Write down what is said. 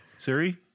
Siri